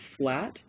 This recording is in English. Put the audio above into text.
flat